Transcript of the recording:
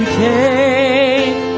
take